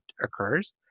occurs